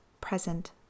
present